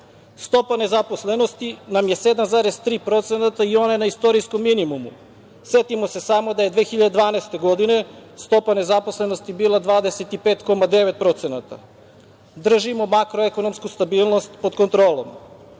nezaposlenosti nam je 7,3% i ona je na istorijskom minimumu. Setimo se samo da je 2012. godine stopa nezaposlenosti bila 25,9%. Držimo makroekonomsku stabilnost pod kontrolom,